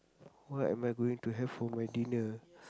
what am I going to have for my dinner